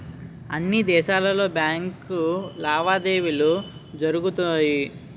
అన్ని దేశాలలో బ్యాంకు లావాదేవీలు జరుగుతాయి